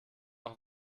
auch